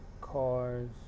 cars